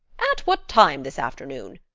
at what time this afternoon?